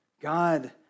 God